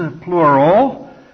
plural